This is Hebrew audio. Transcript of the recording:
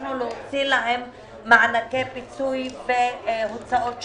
והצלחנו להוציא להן מענקי פיצוי והוצאות שוטפות,